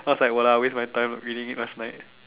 so I was like !walao! waste my time reading it last night